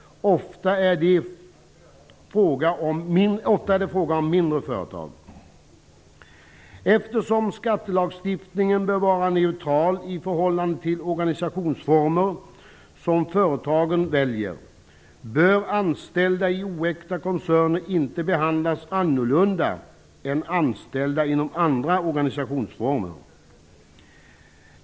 Oftast är det fråga om mindre företag. Eftersom skattelagstiftningen bör vara neutral i förhållande till de organisationsformer som företagen väljer, bör anställda i oäkta koncerner inte behandlas annorlunda än anställda inom andra organisationsformer.